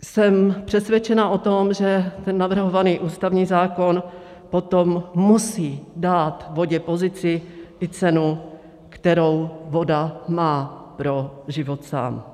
Jsem přesvědčena o tom, že navrhovaný ústavní zákon potom musí dát vodě pozici i cenu, kterou voda má pro život sám.